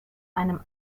einem